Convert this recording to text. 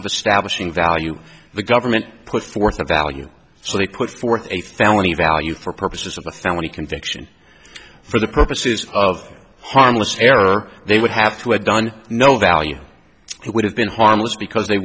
of establishing value the government put forth a value so they put forth a family value for purposes of a felony conviction for the purposes of harmless error they would have to have done no value it would have been harmless because they